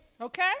okay